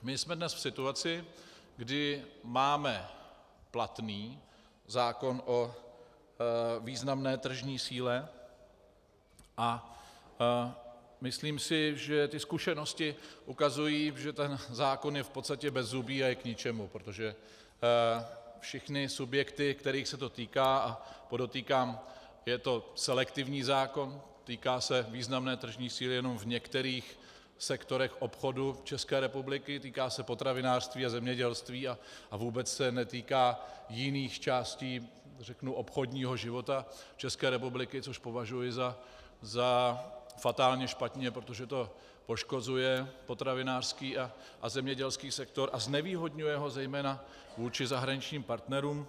My jsme dnes v situaci, kdy máme platný zákon o významné tržní síle, a myslím si, že zkušenosti ukazují, že zákon je v podstatě bezzubý a je k ničemu, protože všechny subjekty, kterých se to týká, podotýkám, že je to selektivní zákon, týká se významné tržní síly jenom v některých sektorech obchodu České republiky, týká se potravinářství a zemědělství a vůbec se netýká jiných částí obchodního života České republiky, což považuji za fatálně špatně, protože to poškozuje potravinářský a zemědělský sektor a znevýhodňuje ho zejména vůči zahraničním partnerům.